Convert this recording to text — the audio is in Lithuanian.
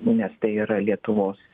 nes tai yra lietuvos